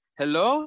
hello